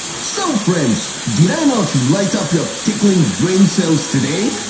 so friends, did i not light up your tickling brain cells today?